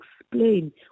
explain